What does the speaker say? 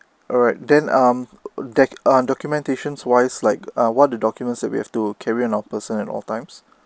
alright then um doc~ um documentation wise like um what the documents that we have to carry on of person at all times